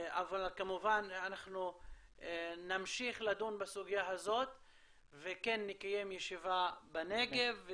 אבל כמובן אנחנו נמשיך לדון בסוגיה הזאת וכן נקיים ישיבה בנגב,